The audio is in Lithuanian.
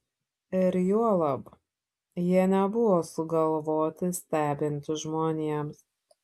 ir juolab jie nebuvo sugalvoti stebinti žmonėms